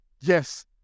yes